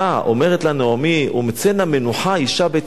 אומרת לה נעמי "ומצאנה מנוחה אשה בית אישה".